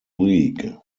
league